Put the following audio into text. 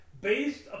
based